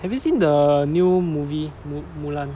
have you seen the new movie mu~ Mulan